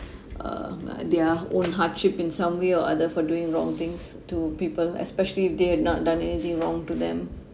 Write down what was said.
uh their own hardship in some way or other for doing wrong things to people especially if they had not done anything wrong to them